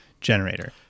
generator